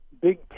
big